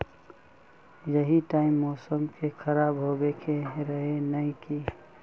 यही टाइम मौसम के खराब होबे के रहे नय की?